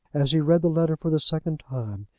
as he read the letter for the second time,